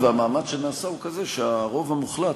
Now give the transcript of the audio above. והמאמץ שנעשה הם כאלה שהרוב המוחלט,